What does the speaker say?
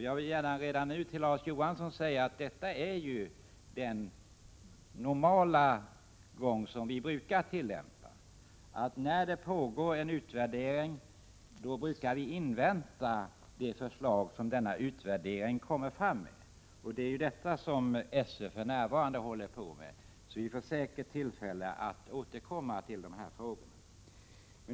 Jag vill redan nu till Larz Johansson säga att den normala gång som vi brukar tillämpa är att när det pågår en utvärdering inväntar vi de förslag som denna kommer fram till. SÖ genomför för närvarande en sådan utvärdering, och vi får säkerligen tillfälle att återkomma till dessa frågor.